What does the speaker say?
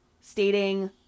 stating